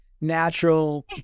natural